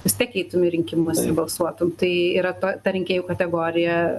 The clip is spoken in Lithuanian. vis tiek eitum į rinkimus balsuotum tai yra ta ta rinkėjų kategorija